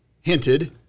hinted